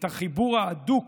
את החיבור ההדוק